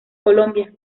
colombia